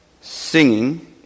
Singing